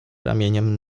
ramieniem